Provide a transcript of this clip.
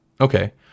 okay